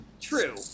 true